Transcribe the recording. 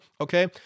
Okay